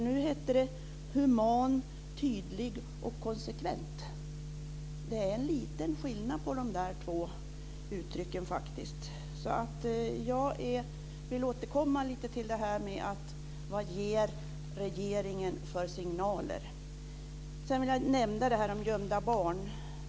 Nu heter det "human, tydlig och konsekvent". Det är lite skillnad på de två uttrycken. Jag vill återkomma till det här med vilka signaler som regeringen ger. Jag vill också nämna de gömda barnen.